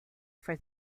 for